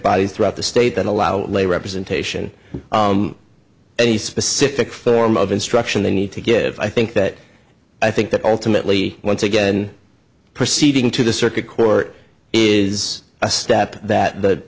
bodies throughout the state that allow lay representation any specific form of instruction they need to give i think that i think that ultimately once again proceeding to the circuit court is a step that th